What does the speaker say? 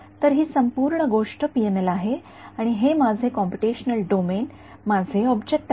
तर ही संपूर्ण गोष्ट पीएमएल आहे आणि हे माझे कॉम्पुटेशनल डोमेन माझे ऑब्जेक्ट आहे